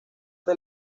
del